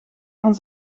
van